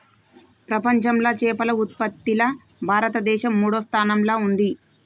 ప్రపంచంలా చేపల ఉత్పత్తిలా భారతదేశం మూడో స్థానంలా ఉంది